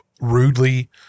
rudely